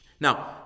Now